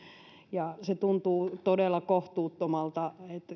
tuntuu todella kohtuuttomalta